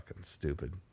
stupid